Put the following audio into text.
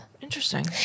Interesting